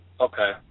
okay